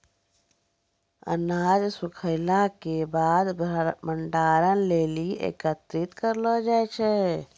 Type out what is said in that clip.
अनाज सूखैला क बाद भंडारण लेलि एकत्रित करलो जाय छै?